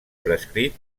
prescrit